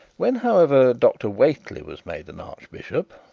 when, however, dr whately was made an archbishop,